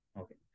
Okay